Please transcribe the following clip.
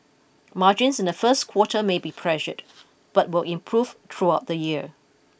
margins in the first quarter may be pressured but will improve throughout the year